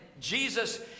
Jesus